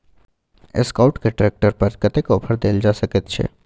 Escort के tractor पर कतेक ऑफर दैल जा सकेत छै?